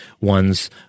one's